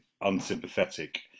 unsympathetic